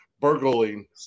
burgling